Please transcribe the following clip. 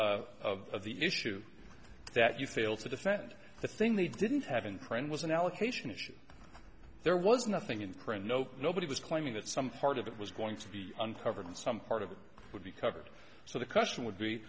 the of the issue that you fail to defend the thing they didn't have in print was an allocation issue there was nothing in print no nobody was claiming that some part of it was going to be uncovered and some part of it would be covered so the question would be